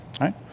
Right